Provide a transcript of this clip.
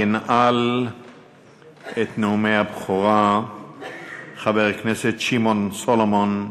ינעל את נאומי הבכורה חבר הכנסת שמעון סולומון,